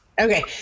Okay